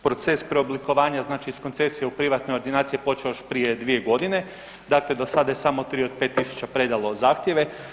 Proces preoblikovanja, znači iz koncesije u privatne ordinacije je počeo još prije 2 godine, dakle do sada je samo 3 od 5 tisuća predalo zahtjeve.